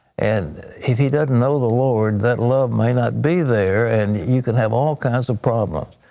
and if he doesn't know the lord that love may not be there and you can have all kinds of problems.